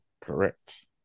Correct